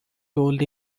told